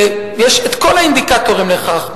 ויש את כל האינדיקטורים לכך,